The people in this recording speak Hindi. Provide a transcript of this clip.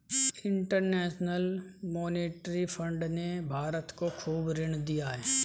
इंटरेनशनल मोनेटरी फण्ड ने भारत को खूब ऋण दिया है